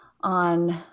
on